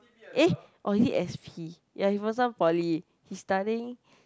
eh or is it s_p ya he from some poly he studying